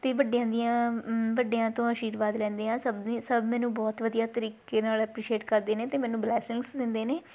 ਅਤੇ ਵੱਡਿਆਂ ਦੀਆਂ ਵੱਡਿਆਂ ਤੋਂ ਆਸ਼ੀਰਵਾਦ ਲੈਂਦੇ ਹਾਂ ਸਭ ਦੀ ਸਭ ਮੈਨੂੰ ਬਹੁਤ ਵਧੀਆ ਤਰੀਕੇ ਨਾਲ ਐਪਰੀਸ਼ੀਏਟ ਕਰਦੇ ਨੇ ਅਤੇ ਮੈਨੂੰ ਬਲੈਸਿੰਗਸ ਦਿੰਦੇ ਨੇ